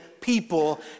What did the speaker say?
people